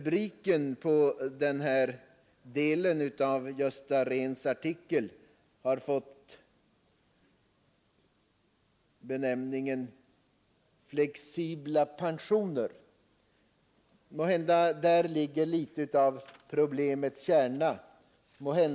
Den citerade delen av artikeln har fått rubriken ”Flexibla pensioner”. Måhända det är problemets kärna.